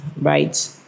right